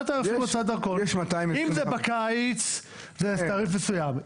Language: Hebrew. אם זה בקיץ זה תעריף מסוים.